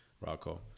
Rocco